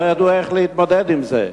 לא ידעו איך להתמודד עם זה.